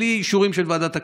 בלי אישורים של ועדת הכנסת,